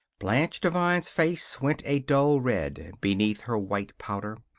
blanche devine's face went a dull red beneath her white powder.